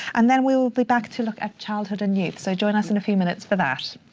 and then we'll be back to look at childhood and youth. so join us in a few minutes for that.